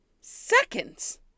seconds